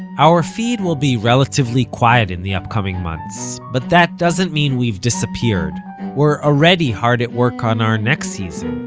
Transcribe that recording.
our feed will be relatively quiet in the upcoming months, but that doesn't mean we've disappeared. we're already hard at work on our next season,